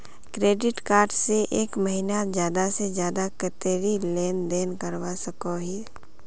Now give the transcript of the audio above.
Credit card से एक महीनात ज्यादा से ज्यादा कतेरी लेन देन करवा सकोहो ही?